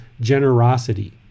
generosity